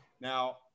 Now